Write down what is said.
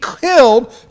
killed